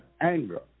anger